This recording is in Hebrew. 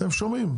אתם שומעים?